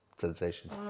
sensation